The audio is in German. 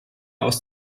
aus